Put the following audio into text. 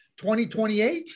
2028